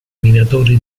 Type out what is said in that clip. minatori